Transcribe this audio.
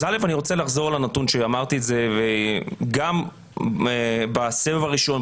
אז אני רוצה לחזור לנתון שאמרתי את זה גם בסבב הראשון,